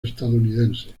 estadounidenses